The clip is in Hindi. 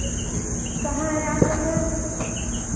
कहाँ है आपका घर